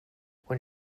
when